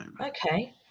Okay